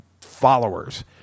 followers